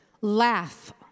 Laugh